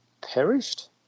perished